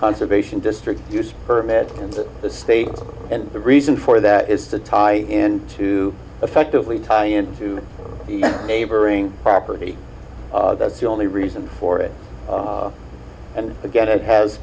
conservation district use permit and the state and the reason for that is to tie in to effectively tying into neighboring property that's the only reason for it and again it has